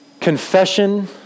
confession